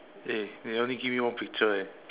eh they only give me one picture eh